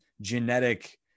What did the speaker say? genetic